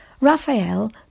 Raphael